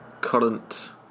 current